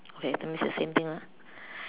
okay that means the same thing lah